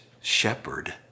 shepherd